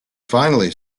finally